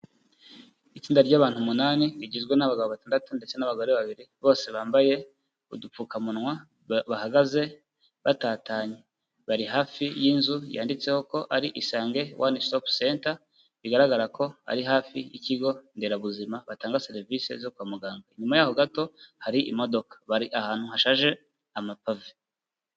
Itsinda ry'abantu umunani rigizwe n'abagabo batandatu ndetse n'abagore babiri bose bambaye udupfukamunwa, bahagaze batatanye, bari hafi y'inzu yanditseho ko ari Isange One Stop Center, bigaragara ko ari hafi y'ikigo nderabuzima batanga serivisi zo kwa muganga, inyuma yaho gato hari imodoka bari ahantu hashashe amapave.